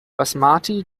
basmati